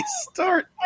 start